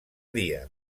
dia